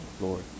Lord